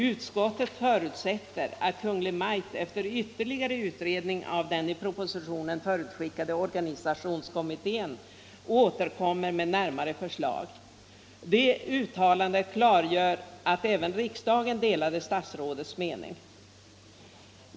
Utskottet förutsätter att Kungl. Maj:t efter ytterligare utredning av den i prepositionen förutskickade organisationskommittén återkommer till riksdagen med närmare förslag.” Det uttalandet klargör att även riksdagen delade statsrådets mening.